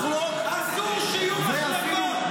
לחלוק ------ אסור שיהיו מחלוקות.